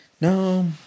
No